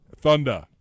thunder